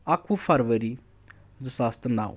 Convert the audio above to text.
اکوُہ فرؤری زٕ ساس تہٕ نو